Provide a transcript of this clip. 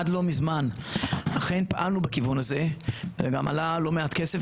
עד לא מזמן אכן פעלנו בכיוון הזה וגם עלה לא מעט כסף,